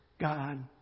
God